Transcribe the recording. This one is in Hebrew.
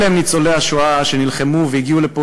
אלו הם ניצולי השואה שנלחמו והגיעו לפה